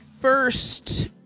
first